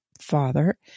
father